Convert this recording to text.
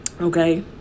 Okay